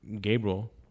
Gabriel